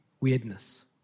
weirdness